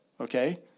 Okay